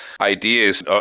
ideas